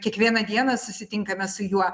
kiekvieną dieną susitinkame su juo